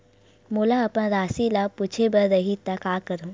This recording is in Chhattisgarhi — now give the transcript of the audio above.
मोला अपन राशि ल पूछे बर रही त का करहूं?